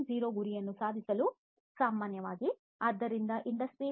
0 ಗುರಿಗಳನ್ನು ಸಾಧಿಸಲು ಸಾಮಾನ್ಯವಾಗಿ ಇಂಡಸ್ಟ್ರಿ 4